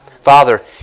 Father